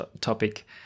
topic